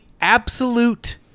absolute